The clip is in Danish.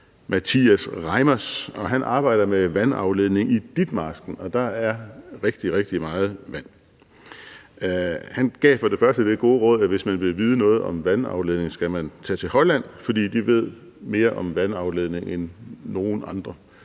Matthias Reimers. Han arbejder med vandafledning i Ditmarsken, og der er rigtig, rigtig meget vand. Han gav det gode råd, at hvis man vil vide noget om vandafledning, skal man tage til Holland, fordi de ved mere om vandafledning end nogen andre.